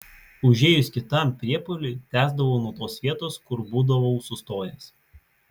užėjus kitam priepuoliui tęsdavau nuo tos vietos kur būdavau sustojęs